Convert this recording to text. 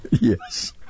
Yes